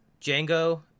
Django